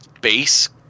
base